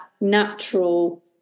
natural